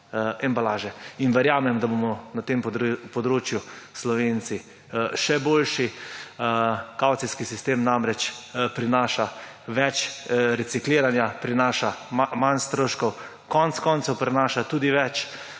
embalaže. In verjamem, da bomo na tem področju Slovenci še boljši. Kavcijski sistem namreč prinaša več recikliranja, prinaša manj stroškov, konec koncev prinaša tudi več